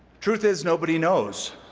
truth is nobody knows,